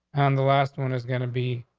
and the last one is gonna be,